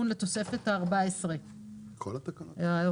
אבל מה קורה אם אין?